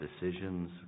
decisions